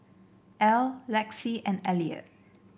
Ell Lexi and Eliot